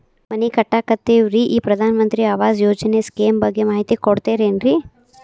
ಮನಿ ಕಟ್ಟಕತೇವಿ ರಿ ಈ ಪ್ರಧಾನ ಮಂತ್ರಿ ಆವಾಸ್ ಯೋಜನೆ ಸ್ಕೇಮ್ ಬಗ್ಗೆ ಮಾಹಿತಿ ಕೊಡ್ತೇರೆನ್ರಿ?